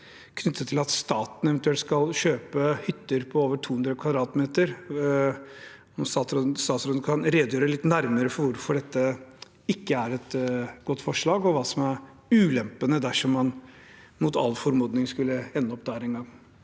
knyttet til at staten eventuelt skal kjøpe hytter på over 200 m². Kan statsråden redegjøre litt nærmere for hvorfor dette ikke er et godt forslag, og hva som er ulempene dersom man, mot all formodning, skulle ende opp der en gang?